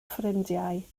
ffrindiau